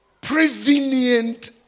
prevenient